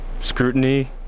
scrutiny